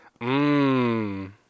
Mmm